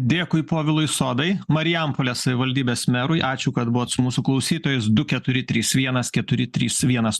dėkui povilui isodai marijampolės savivaldybės merui ačiū kad buvot su mūsų klausytojais du keturi trys vienas keturi trys vienas